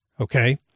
Okay